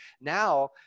Now